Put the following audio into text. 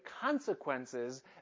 consequences